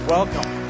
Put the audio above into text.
Welcome